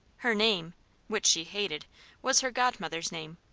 her name which she hated was her godmother's name.